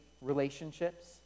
relationships